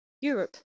Europe